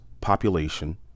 population